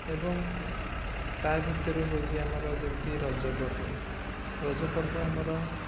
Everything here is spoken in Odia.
ଏବଂ ତା' ଭିତରୁ ହେଉଛି ଆମର ଯେମିତି ରଜପର୍ବ ରଜପର୍ବ ଆମର